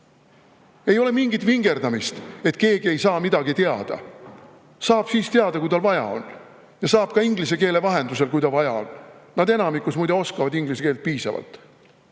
Ei ole mingit vingerdamist, et keegi ei saa mingit asja teada. Saab siis teada, kui tal vaja on, ja saab ka inglise keele vahendusel, kui tal vaja on. Nad enamikus muide oskavad inglise keelt piisavalt.